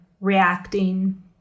reacting